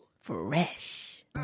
Fresh